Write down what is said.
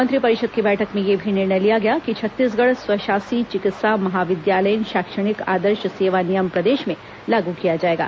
मंत्रिपरिषद की बैठक में यह भी निर्णय लिया गया कि छत्तीसगढ़ स्वशासी चिकित्सा महाविद्यालयीन शैक्षणिक आदर्श सेवा नियम प्रदेश में लागू किया जाएगा